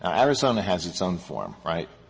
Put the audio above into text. um arizona has its own form, right?